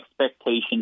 expectations